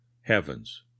Heavens